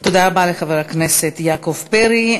תודה רבה לחבר הכנסת יעקב פרי.